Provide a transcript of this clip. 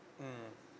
mmhmm